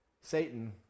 Satan